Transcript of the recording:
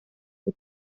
for